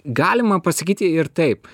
galima pasakyti ir taip